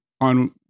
on